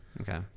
okay